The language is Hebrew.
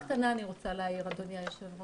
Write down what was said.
אני רוצה להעיר הערה קטנה, אדוני היושב-ראש.